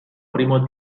primo